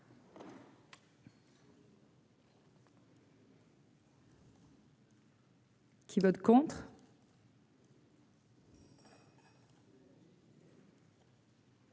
Qui vote contre.